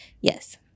yes